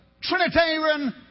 Trinitarian